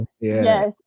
Yes